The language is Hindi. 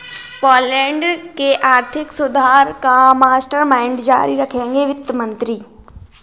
पोलैंड के आर्थिक सुधार का मास्टरमाइंड जारी रखेंगे वित्त मंत्री